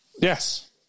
Yes